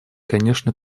конечно